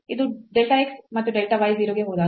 ಇದು delta x ಮತ್ತು delta y 0 ಗೆ ಹೋದಾಗ